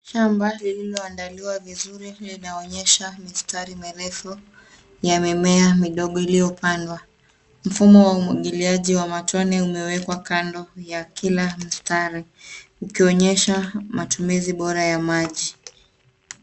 Shamba lililoandaliwa vizuri linaonyesha mistari mirefu ya mimea midogo iliyopandwa. Mfumo wa umwangiliaji wa matone umewekwa kando ya kila mstari ha matumizi bora ya maji.